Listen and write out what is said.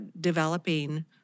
developing